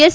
S